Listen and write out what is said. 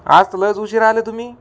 आज तर लयच उशिरा आले तुम्ही